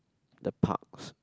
the parks